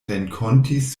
renkontis